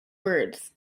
words